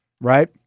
right